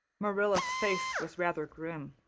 marilla's face was rather grim.